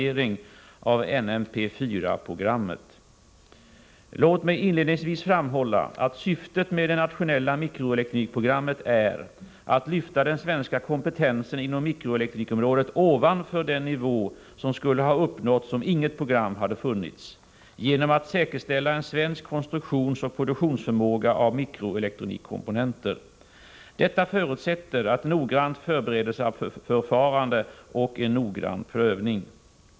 Låt mig inledningsvis framhålla att syftet med det nationella mikroelektronikprogrammet är att lyfta den svenska kompetensen inom mikroelektronikområdet ovanför den nivå som skulle ha uppnåtts om inget program hade funnits, genom att säkerställa en svensk konstruktionsoch produktionsförmåga av mikroelektronikkomponenter. Detta förutsätter ett noggrant förberedelseförfarande och en noggrann prövning.